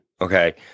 okay